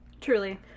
truly